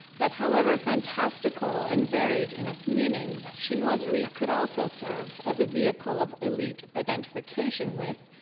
that however fantastical and varied in its meanings, chinoiserie could also serve as a vehicle of elite identification with,